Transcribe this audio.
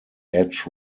edge